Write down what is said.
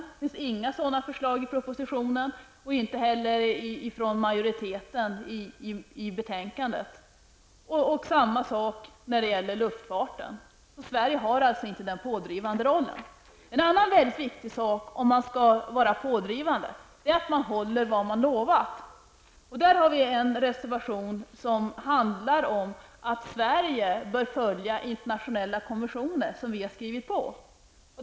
Det finns inga förslag i propositionen, inte heller från majoriteten i utskottet. Detsamma gäller inom luftfarten. Sverige har alltså inte den pådrivande rollen. En annan väldigt viktig sak om man skall vara pådrivande är att man håller vad man har lovat. Där har vi en reservation som handlar om att Sverige bör följa internationella konventioner som vi har skrivit under.